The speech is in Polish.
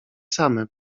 same